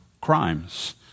crimes